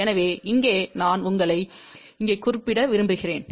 எனவே இங்கே நான் உங்களை இங்கே குறிப்பிட விரும்புகிறேன்